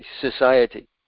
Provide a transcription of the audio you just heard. society